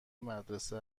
مدرسه